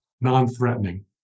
non-threatening